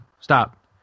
stop